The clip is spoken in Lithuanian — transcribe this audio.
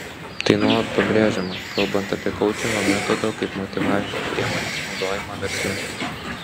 tai nuolat pabrėžiama kalbant apie koučingo metodo kaip motyvavimo priemonės naudojimą versle